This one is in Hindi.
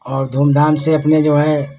और धूमधाम से अपने जो है